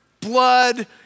blood